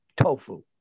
tofu